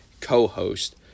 co-host